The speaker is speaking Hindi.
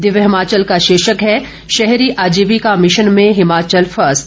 दिव्य हिमाचल का शीर्षक है शहरी आजीविका मिशन में हिमाचल फर्स्ट